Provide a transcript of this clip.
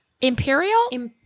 Imperial